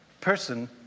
person